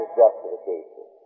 justification